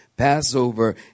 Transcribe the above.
Passover